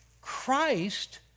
Christ